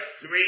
three